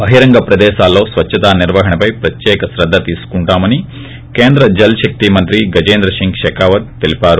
బహిరంగ ప్రదేశాల్లో స్వచ్చతా నిర్వహణపై ప్రత్యేక శ్రద్ధ తీసుకుంటామని కేంద్ర జల్ శక్తి మంత్రి గజేంద్ర సింగ్ పెకావత్ తెలిపారు